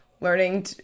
learning